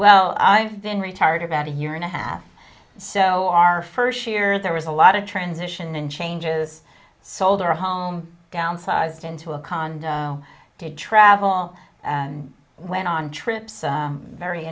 well i've been retired about a year and a half so our first year there was a lot of transition and changes sold our home downsized into a condo did travel and went on trips very